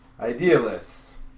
Idealists